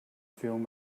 film